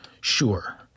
Sure